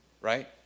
right